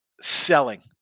selling